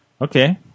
okay